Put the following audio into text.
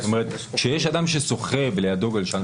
כשיש אדם ששוחה ולידו גלשן,